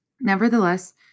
Nevertheless